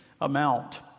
amount